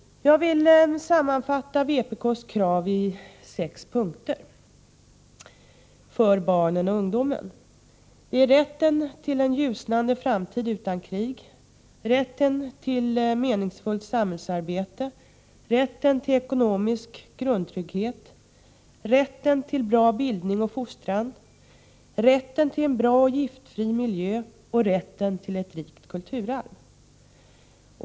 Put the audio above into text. Jag vill sammanfatta vpk:s krav för barnen och ungdomen i sex punkter: Rätten till en ljusnande framtid utan krig. Rätten till bra bildning och fostran. Rätten till ett rikt kulturarv.